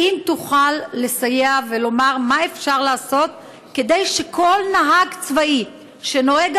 האם תוכל לסייע ולומר מה אפשר לעשות כדי שכל נהג צבאי שנוהג